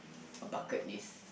a bucket list